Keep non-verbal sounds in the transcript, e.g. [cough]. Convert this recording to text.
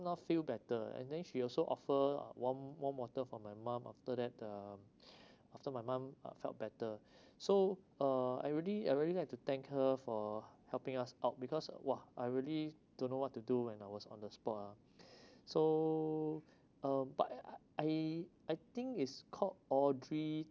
now feel better and then she also offer uh warm warm water for my mom after that um [breath] after my mom uh felt better [breath] so uh I really I really like to thank her for helping us out because uh !wah! I really don't know want to do when I was on the spot ah [breath] so uh but I I I think it's called audrey